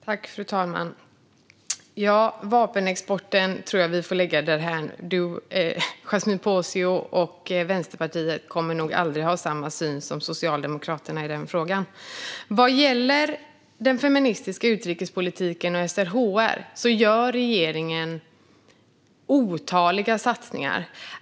Fru talman! Vapenexporten tror jag att vi får lämna därhän. Yasmine Posio och Vänsterpartiet kommer nog aldrig att ha samma syn som Socialdemokraterna i den frågan. Vad gäller den feministiska utrikespolitiken och SRHR gör regeringen otaliga satsningar.